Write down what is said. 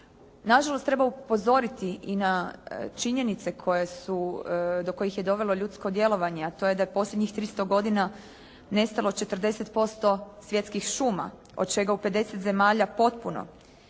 Na žalost treba upozoriti i na činjenice koje su, do kojih je dovelo ljudsko djelovanje, a to je da je posljednjih 300 godina nestalo 40% svjetskih šuma od čega u 50 zemalja potpuno.